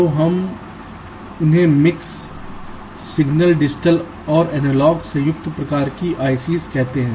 तो हम उन्हें मिक्स सिग्नल डिजिटल और एनालॉग संयुक्त प्रकार के आईसी कहते हैं